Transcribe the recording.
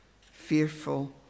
fearful